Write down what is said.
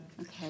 Okay